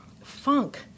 funk